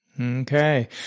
Okay